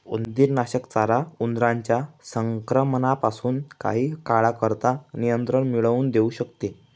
उंदीरनाशक चारा उंदरांच्या संक्रमणापासून काही काळाकरता नियंत्रण मिळवून देऊ शकते